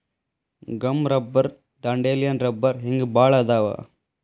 gum rubber dandelion ರಬ್ಬರ ಹಿಂಗ ಬಾಳ ಅದಾವ